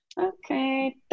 Okay